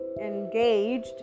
engaged